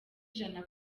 ijana